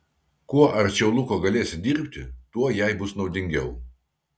kuo arčiau luko galės dirbti tuo jai bus naudingiau